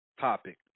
topic